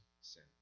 sin